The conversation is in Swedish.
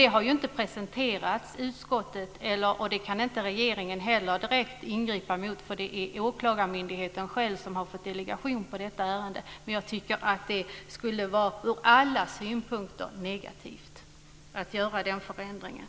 Det har inte presenterats för utskottet. Regeringen kan inte heller direkt ingripa mot det, för det är åklagarmyndigheten som har fått detta ärende på delegation. Det skulle vara negativt ur alla synpunkter att göra den förändringen.